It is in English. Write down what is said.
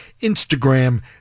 Instagram